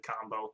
combo